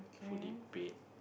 fully paid